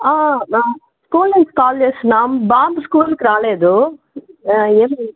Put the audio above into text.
school నుంచి call చేస్తున్నాం బాబు స్కూల్కి రాలేదు ఏమైంది